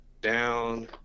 down